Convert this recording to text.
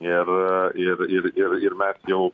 ir ir ir ir ir mes jau